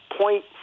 point